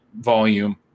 volume